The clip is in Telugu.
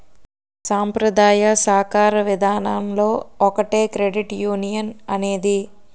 సాంప్రదాయ సాకార విధానంలో ఒకటే క్రెడిట్ యునియన్ అనేది